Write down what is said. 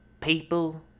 People